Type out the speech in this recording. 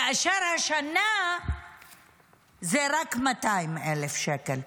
והשנה זה רק 200,000 שקל.